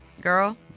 girl